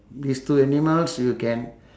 these two animals you can